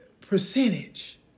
percentage